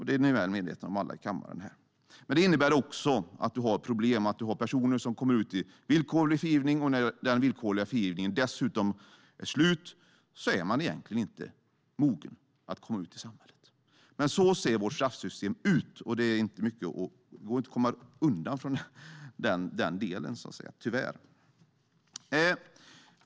Det är ni alla i kammaren väl medvetna om. Men det innebär också att man har problem med att personer kommer ut med villkorlig frigivning men egentligen inte är mogna att komma ut i samhället när den villkorliga frigivningen är slut. Så ser vårt straffsystem ut, och det går tyvärr inte att komma undan från det.